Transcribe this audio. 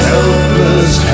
Helpless